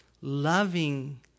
loving